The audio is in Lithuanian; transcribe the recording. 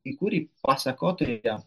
į kurį pasakotojo